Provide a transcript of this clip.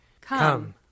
Come